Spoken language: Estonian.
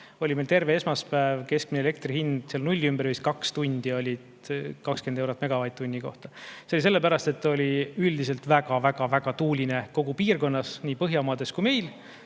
oli meil terve esmaspäev keskmine elektri hind nulli ümber, vist vaid kaks tundi oli 20 eurot megavatt-tunni kohta. See oli tänu sellele, et oli üldiselt väga tuuline kogu piirkonnas, nii Põhjamaades kui meil.